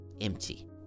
empty